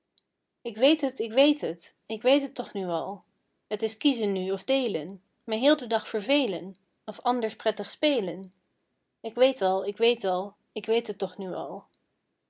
ik weet het ik weet het ik weet het toch nu al t is kiezen nu of deelen mij heel den dag vervelen of anders prettig spelen ik weet al ik weet al ik weet het toch nu al